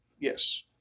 Yes